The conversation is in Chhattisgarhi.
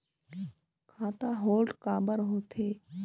खाता होल्ड काबर होथे?